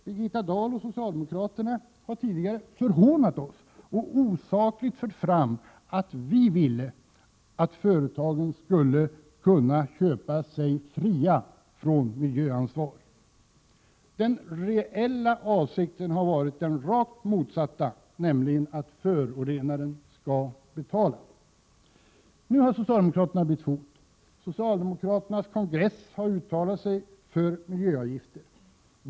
Birgitta Dahl och socialdemokraterna har tidigare hånat oss och osakligt fört fram att vi skulle vilja att företagen skall kunna köpa sig fria från miljöansvar. Den reella avsikten har varit den rakt motsatta, nämligen att förorenaren skall betala. Nu har socialdemokraterna bytt fot. Socialdemokraternas kongress har uttalat sig för miljöavgifter.